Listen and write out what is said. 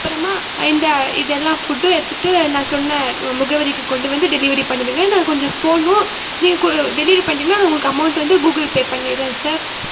அப்புறமா இந்த இது எல்லா ஃபுட்டும் எடுத்துகிட்டு நான் சொன்ன முகவரிக்கு கொண்டு வந்து டெலிவரி பண்ணிடுங்க நான் கொஞ்சம் போகணும் நீங்கள் கொ டெலிவரி பண்ணிட்டிங்கன்னால் நான் உங்களுக்கு அமௌவுண்ட் வந்து கூகுள்பே பண்ணிடறேன் சார்